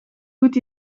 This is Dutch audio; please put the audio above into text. goed